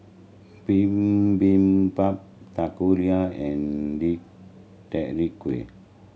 Bibimbap Takoyaki and Deodeok Gui